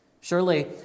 Surely